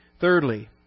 Thirdly